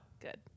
Good